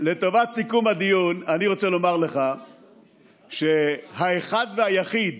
לטובת סיכום הדיון אני רוצה לומר לך שהאחד והיחיד